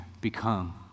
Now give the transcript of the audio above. become